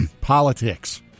politics